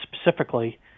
specifically